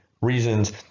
reasons